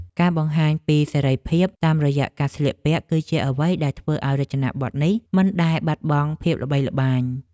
ការបង្ហាញពីសេរីភាពតាមរយៈការស្លៀកពាក់ គឺជាអ្វីដែលធ្វើឱ្យរចនាប័ទ្មនេះមិនដែលបាត់បង់ភាពល្បីល្បាញ។